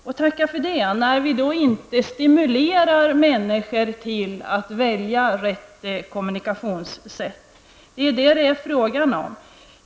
Och tacka för det när vi inte stimulerar människor till att välja rätt kommunikationssätt! Det är ju det frågan gäller.